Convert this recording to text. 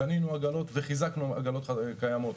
קנינו עגלות וחיזקנו עגלות קיימות.